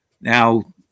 now